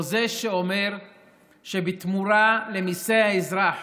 חוזה שאומר שבתמורה למיסי האזרח